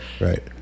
Right